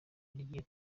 rigiye